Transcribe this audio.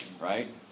right